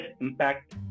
impact